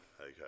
Okay